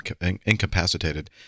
incapacitated